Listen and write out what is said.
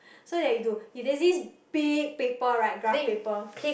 so that you've to is there's this big paper right graph paper